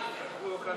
סעיפים 108 112, כהצעת